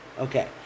Okay